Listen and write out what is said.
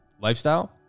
lifestyle